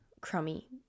crummy